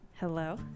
Hello